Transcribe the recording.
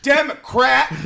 Democrat